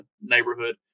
neighborhood